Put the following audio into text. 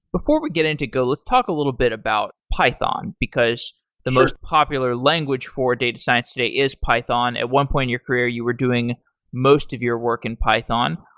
before we get into go, let's talk a little bit about python, because the most popular language for data science today is python. at one point in your career you were doing most of your work in python.